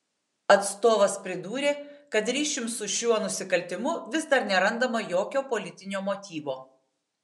atstovas pridūrė kad ryšium su šiuo nusikaltimu vis dar nerandama jokio politinio motyvo